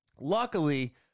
Luckily